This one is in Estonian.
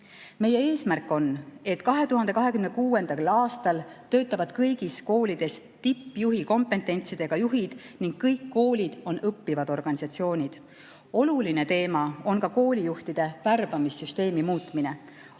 Meie eesmärk on, et 2026. aastal töötavad kõigis koolides tippjuhi kompetentsidega juhid ning kõik koolid on õppivad organisatsioonid. Oluline teema on ka koolijuhtide värbamise süsteemi muutmine.